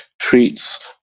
treats